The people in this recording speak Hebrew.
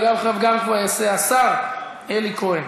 וגם השר אלי כהן.